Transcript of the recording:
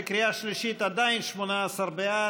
בקריאה שלישית עדיין 18 בעד,